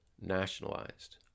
Nationalized